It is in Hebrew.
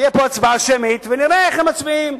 תהיה פה הצבעה שמית ונראה איך הם מצביעים,